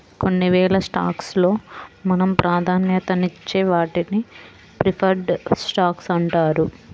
కొన్ని వేల స్టాక్స్ లో మనం ప్రాధాన్యతనిచ్చే వాటిని ప్రిఫర్డ్ స్టాక్స్ అంటారు